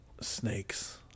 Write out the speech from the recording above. Snakes